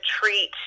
treat